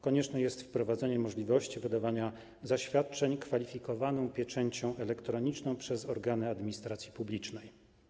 Konieczne jest wprowadzenie możliwości wydawania zaświadczeń opatrzonych kwalifikowaną pieczęcią elektroniczną przez organy administracji publicznej.